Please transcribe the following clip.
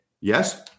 Yes